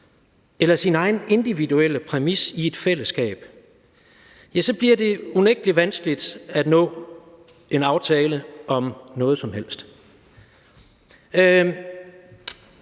eller på sin egen individuelle præmis i et fællesskab, bliver det unægtelig vanskeligt at nå en aftale om noget som helst.